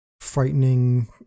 frightening